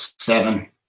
seven